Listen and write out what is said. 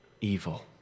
evil